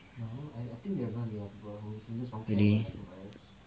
really